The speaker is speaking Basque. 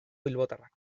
bilbotarrak